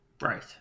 Right